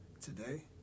Today